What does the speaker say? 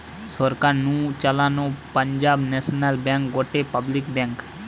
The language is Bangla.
সরকার নু চালানো পাঞ্জাব ন্যাশনাল ব্যাঙ্ক গটে পাবলিক ব্যাঙ্ক